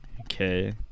okay